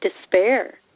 despair